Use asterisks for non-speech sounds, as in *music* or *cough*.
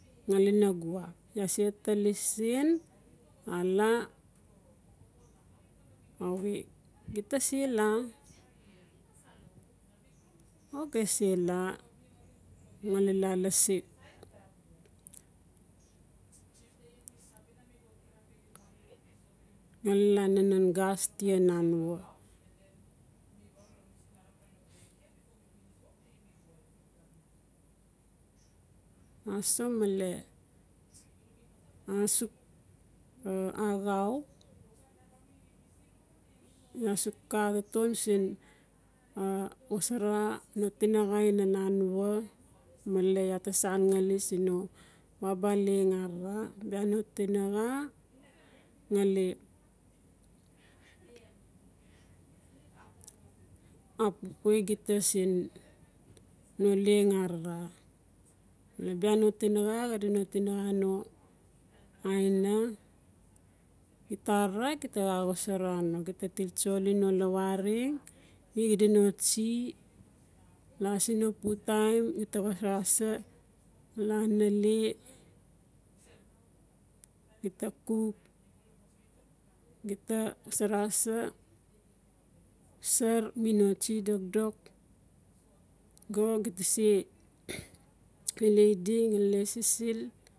Nganil na giwa, iaa se tale siin a la a we gita se la *noise* o ge se la ngali la lasi, *noise* ngali la nanan gas tai na anua *noise* a so male a suk axau, iaa suk a tatom siin wasara no tinaxa in nan anua male iaa ta san ngali siin no babaleng arara. Bia no tinaxa ngali *noise* a pupwai gita a siin no leng arara. Bia no tinaxa xadi no tinaxa no iana. xida arara gita sa wasara no gita tiltsoli no lawareng mi xida no tsi la siin no pu taim u ta wasara sa la nale gita cook, gita wasara sa, sar mi no tsi dokdok go gita se ilai di ngali la sisil.